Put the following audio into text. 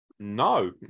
no